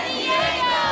Diego